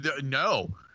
no